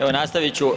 Evo nastavit ću.